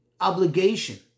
obligation